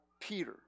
Peter